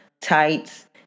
tights